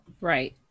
Right